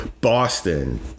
Boston